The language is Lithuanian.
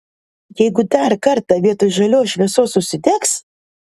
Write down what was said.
jeigu dar kartą vietoj žalios šviesos užsidegs